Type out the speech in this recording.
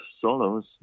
solos